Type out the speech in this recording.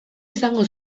izango